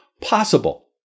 possible